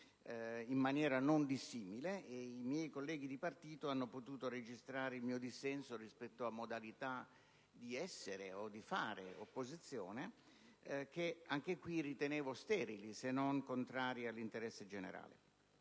In maniera non dissimile, i miei colleghi di partito hanno potuto registrare il mio dissenso rispetto a modalità di essere o di fare opposizione che ritenevo sterili, se non contrarie all'interesse generale.